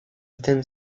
attend